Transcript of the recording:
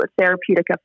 therapeutic